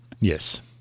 Yes